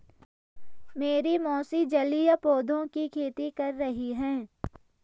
मेरी मौसी जलीय पौधों की खेती कर रही हैं